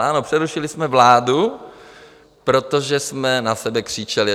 Ano, přerušili jsme vládu, protože jsme na sebe křičeli.